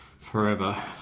forever